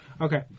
Okay